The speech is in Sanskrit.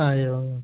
हा एवं